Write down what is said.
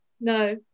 no